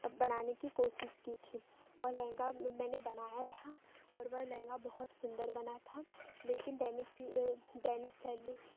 बनाने की कोशिश की थी वह लहंगा मैंने बनाया था और वह लहंगा बहुत सुंदर बना था लेकिन दैनिक दैनिक शैली